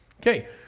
Okay